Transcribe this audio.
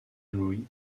louis